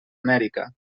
amèrica